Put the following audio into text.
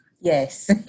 Yes